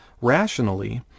rationally